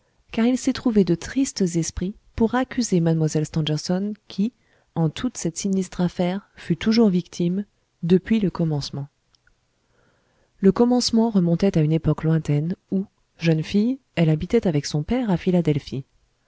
car il s'est trouvé de tristes esprits pour accuser mlle stangerson qui en toute cette sinistre affaire fut toujours victime depuis le commencement le commencement remontait à une époque lointaine où jeune fille elle habitait avec son père à philadelphie